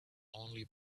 only